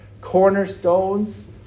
Cornerstones